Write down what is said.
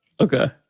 Okay